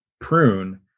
prune